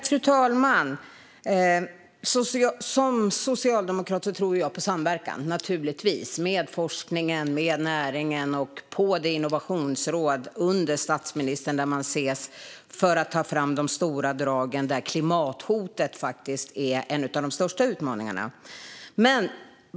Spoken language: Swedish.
Fru talman! Som socialdemokrat tror jag naturligtvis på samverkan mellan forskningen och näringen och på det innovationsråd under statsministern där man ses för att ta fram de stora dragen, där klimathotet faktiskt är en av de största utmaningarna.